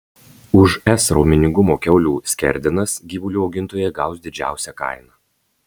už s raumeningumo kiaulių skerdenas gyvulių augintojai gaus didžiausią kainą